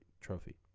Trophy